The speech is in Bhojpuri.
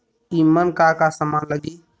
ईमन का का समान लगी?